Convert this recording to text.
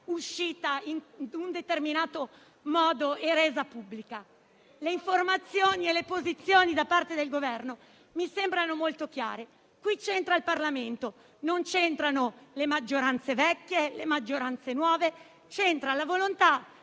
uscita in un determinato modo e resa pubblica. Le informazioni e le posizioni da parte del Governo mi sembrano molto chiare; qui c'entra il Parlamento, non c'entrano le maggioranze vecchie e le maggioranze nuove. C'entra la volontà